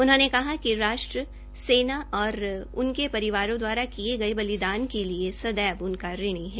उन्होंने कहा कि राष्ट्र सेना और उनके परिवारों द्वारा दिये गये बलिदान के लिए सदैव उनका ऋणी है